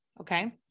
Okay